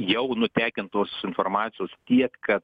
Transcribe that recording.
jau nutekintos informacijos tiek kad